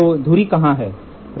तो धुरी कहाँ है